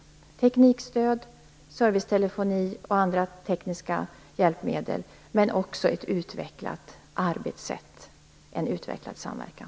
Alltså: teknikstöd, servicetelefoni och andra tekniska hjälpmedel, men också ett utvecklat arbetssätt och en utvecklad samverkan.